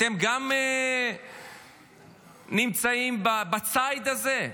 אתם גם נמצאים בציד הזה?